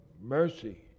mercy